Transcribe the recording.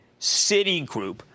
Citigroup